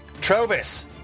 Trovis